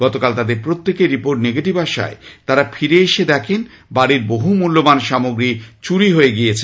গতকাল তাদের প্রত্যেকের রিপোর্ট নেগেটিভ আসায় তারা ফিরে এসে দেখেন বাড়ীর বহু মূল্যবান সামগ্রী চুরি হয়ে গিয়েছে